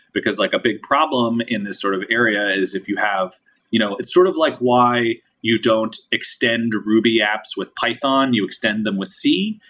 because like a big problem in this sort of area is if you have you know it's sort of like why you don't extend ruby apps with python. you extend them with c,